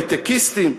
היי-טקיסטים,